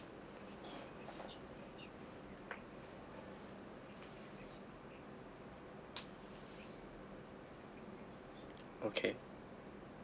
okay